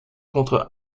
contre